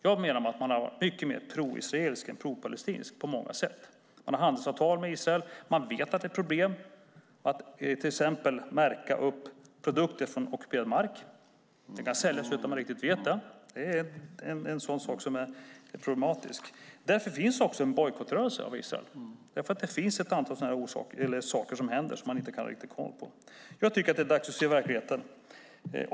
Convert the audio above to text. Jag menar att man har varit mycket mer proisraelisk än propalestinsk på många sätt. Man har handelsavtal med Israel. Man vet att det är ett problem att till exempel märka produkter från ockuperad mark. De kan säljas utan att man riktigt vet det. Det är en sådan sak som är problematisk. Därför finns också en bojkottrörelse mot Israel. Det finns ett antal saker som händer som man inte kan ha riktig koll på. Det är dags att se verkligheten.